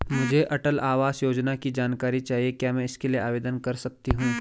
मुझे अटल आवास योजना की जानकारी चाहिए क्या मैं इसके लिए आवेदन कर सकती हूँ?